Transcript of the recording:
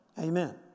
Amen